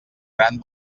gran